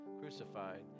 crucified